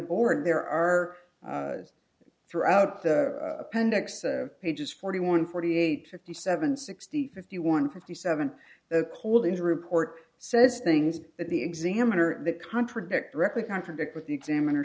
board there are throughout the appendix pages forty one forty eight fifty seven sixty fifty one fifty seven the cold into report says things that the examiner that contradict directly contradict what the examiner